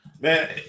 Man